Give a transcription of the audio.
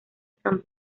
san